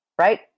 Right